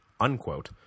unquote